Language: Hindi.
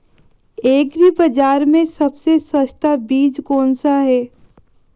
एग्री बाज़ार में सबसे सस्ता बीज कौनसा है?